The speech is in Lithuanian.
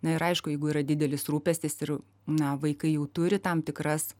na ir aišku jeigu yra didelis rūpestis ir na vaikai jau turi tam tikras